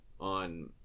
on